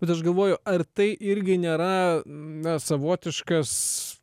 bet aš galvoju ar tai irgi nėra na savotiškas